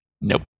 Nope